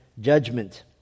judgment